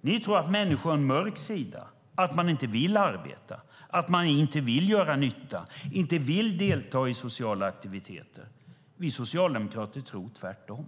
Ni tror att människor har en mörk sida, att de inte vill arbeta, att de inte vill göra nytta och att de inte vill delta i sociala aktiviteter. Vi socialdemokrater tror tvärtom.